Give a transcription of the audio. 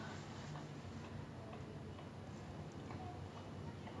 some people just really fast lah like like you cannot even think of how fast they are